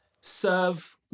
serve